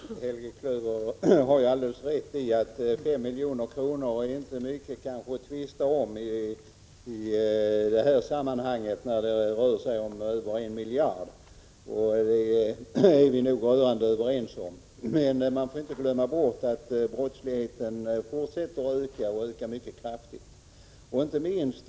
Herr talman! Helge Klöver har alldeles rätt i att 5 milj.kr. inte är mycket att tvista om i det här sammanhanget när det rör sig om över 1 miljard. Det är vi nog rörande överens om. Men man får inte glömma bort att brottsligheten fortsätter att öka och ökar mycket kraftigt.